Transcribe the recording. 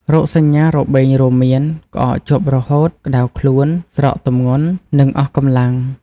រោគសញ្ញារបេងរួមមាន ក្អកជាប់រហូត ក្តៅខ្លួន ស្រកទម្ងន់ និងអស់កម្លាំង។